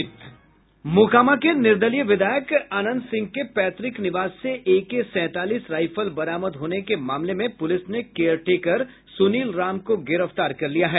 मोकामा के निर्दलीय विधायक अनंत सिंह के पैतुक निवास से एके सैंतालीस राईफल बरामद होने के मामले में पुलिस ने केयर टेकर सुनील राम को गिरफ्तार कर लिया है